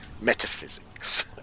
Metaphysics